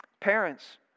parents